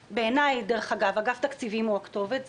בעיניי, דרך אגב, אגף התקציבים הוא הכתובת.